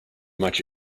much